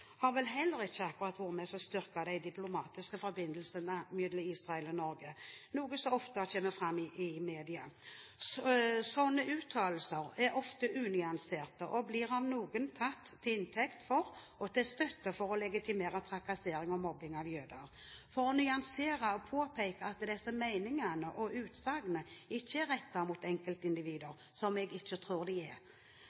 har vel heller ikke akkurat vært med på å styrke de diplomatiske forbindelsene mellom Israel og Norge, noe som ofte kommer fram i media. Sånne uttalelser er ofte unyanserte og blir av noen tatt til inntekt for og til støtte for å legitimere trakassering og mobbing av jøder. For å nyansere og påpeke at disse meningene og utsagnene ikke er rettet mot enkeltindivider